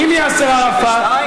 עם יאסר ערפאת,